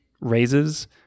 raises